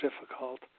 difficult